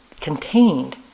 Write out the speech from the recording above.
contained